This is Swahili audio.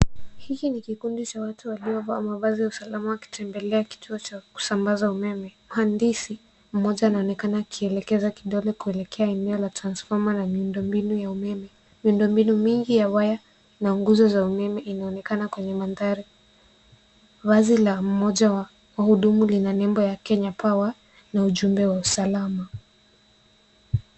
Hiki ni kikundi cha watu waliovaa mavazi ya usalama wakitembelea kituo cha kusambaza umeme, mhandisi mmoja anaonekana akielekeza kidole kuelekea eneo la transfoma na miundo mbinu ya umeme. Miundo mbinu mingi ya waya na nguzo za umeme inaonekana kwenye mandhari. Vazi la mmoja wa wahudumu lina nembo ya Kenye Power na ujumbe wa usalama.